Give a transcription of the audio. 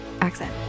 accent